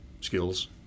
skills